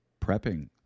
prepping